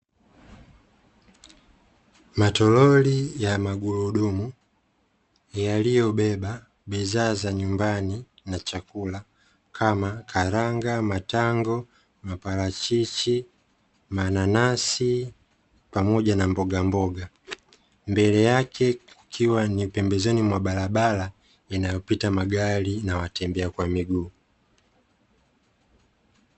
Matoroli ya magurudumu yaliyobeba bidhaa za nyumbani na chakula kama: karanga, matango, maparachichi, mananasi pamoja na mbogamboga. Mbele yake kukiwa ni pembezoni mwa barabara inayopita magari na watembea kwa miguu.